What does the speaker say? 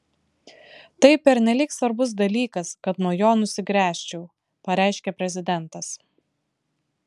tai pernelyg svarbus dalykas kad nuo jo nusigręžčiau pareiškė prezidentas